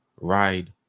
ride